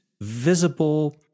visible